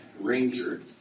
Ranger